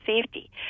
safety